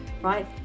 right